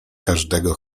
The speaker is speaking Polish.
każdego